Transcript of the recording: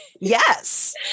Yes